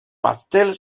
pastel